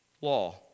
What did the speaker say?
law